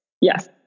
Yes